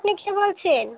আপনি কে বলছেন